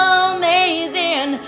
amazing